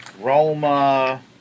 Roma